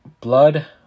Blood